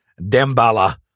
Dembala